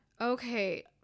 Okay